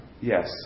Yes